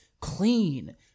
clean